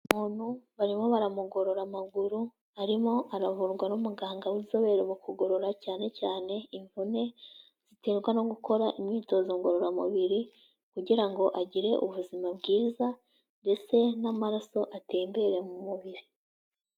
Umuntu barimo baramugorora amaguru, arimo aravurwa n'umuganga w'inzobere mu kugorora cyane cyane in imvune ziterwa no gukora imyitozo ngororamubiri kugira ngo agire ubuzima bwiza ndetse n'amaraso atembere mu mubiri.